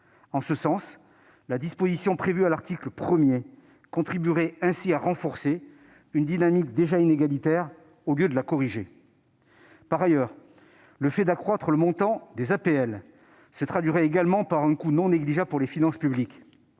En ce sens, la disposition prévue à l'article 1 contribuerait à renforcer une dynamique déjà inégalitaire, au lieu de la corriger. Par ailleurs, le fait d'accroître le montant des APL se traduirait également par un coût non négligeable pour les finances publiques.